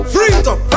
Freedom